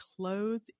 clothed